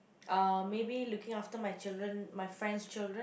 uh maybe looking after my children my friend's children